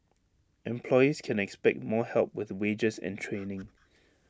employees can expect more help with wages and training